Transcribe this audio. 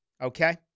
Okay